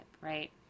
right